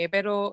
Pero